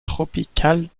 tropical